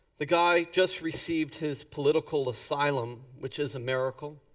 the guy just received his political asylum. which is a miracle.